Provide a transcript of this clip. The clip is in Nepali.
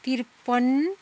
त्रिपन्न